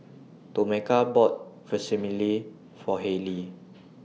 Tomeka bought Vermicelli For Halie